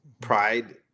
Pride